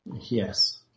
Yes